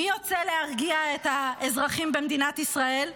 מי יוצא להרגיע את האזרחים במדינת ישראל?